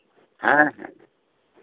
ᱦᱮᱸ ᱦᱮᱸ